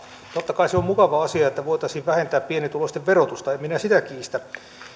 totta kai se olisi mukava asia että voitaisiin vähentää pienituloisten verotusta en minä sitä kiistä